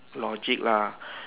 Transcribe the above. logic lah